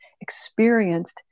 experienced